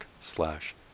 slash